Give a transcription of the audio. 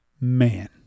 Man